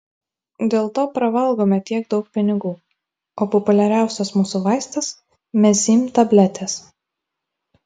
dėl to pravalgome tiek daug pinigų o populiariausias mūsų vaistas mezym tabletės